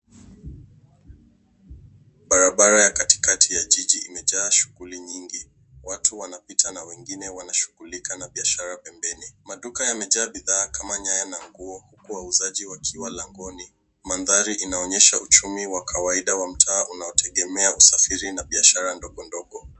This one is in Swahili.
Barabara ya katikati ya jiji imejaa shuguli nyingi. Watu wanapita na wengine wanashugulika na biashara pembeni. Maduka yamejaa bidhaa kama nyaya na nguo huku wauzaji wakiwa langoni. Mandhari inaonyesha uchumi wakawaida wa taa unaotegemea usafiri na biashara ndogondogo.